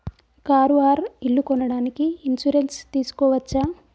Car or ఇల్లు కొనడానికి insurance తీస్కోవచ్చా?